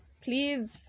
Please